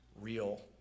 real